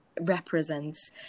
represents